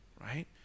right